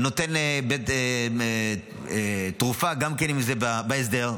נותן תרופה גם אם זה בהסדר?